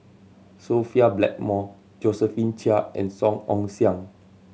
Sophia Blackmore Josephine Chia and Song Ong Siang